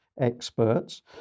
experts